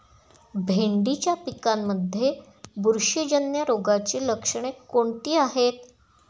भेंडीच्या पिकांमध्ये बुरशीजन्य रोगाची लक्षणे कोणती आहेत?